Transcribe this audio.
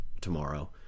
tomorrow